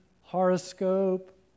horoscope